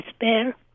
despair